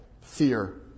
fear